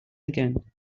again